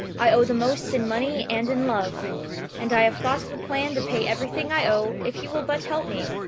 i owe the most in money and in love and i have thought of a plan to pay everything i owe if you will but help me.